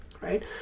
right